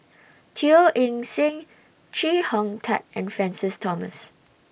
Teo Eng Seng Chee Hong Tat and Francis Thomas